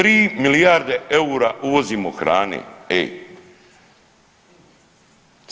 3 milijarde eura uvozimo hrane, ej.